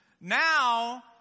now